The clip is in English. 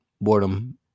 boredom